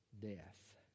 death